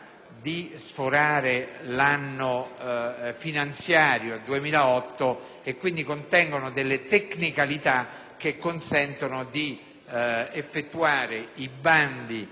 di sforare l'anno finanziario 2008 e contengono tecnicalità che consentono di effettuare i bandi